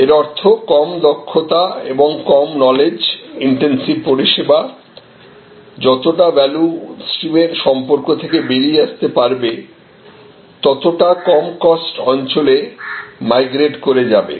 এর অর্থ কম দক্ষতা এবং কম নলেজ ইনটেন্স পরিষেবা যতটা ভ্যালু স্ট্রিমের সম্পর্ক থেকে বেরিয়ে আসতে পারবে ততটা কম কস্ট অঞ্চলে মাইগ্রেট করে যাবে